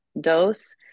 dose